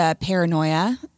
paranoia